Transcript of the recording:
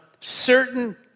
certain